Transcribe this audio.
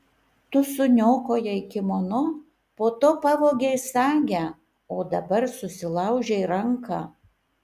tu suniokojai kimono po to pavogei sagę o dabar susilaužei ranką